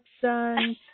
sun